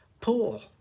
pool